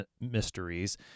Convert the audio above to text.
mysteries